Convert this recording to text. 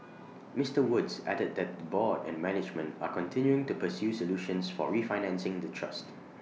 Mister Woods added that the board and management are continuing to pursue solutions for refinancing the trust